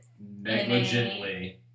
Negligently